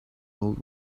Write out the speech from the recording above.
old